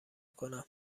کنم